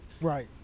Right